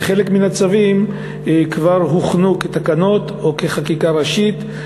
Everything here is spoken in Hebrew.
וחלק מן הצווים כבר הוכנו כתקנות או כחקיקה ראשית,